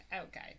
okay